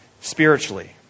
spiritually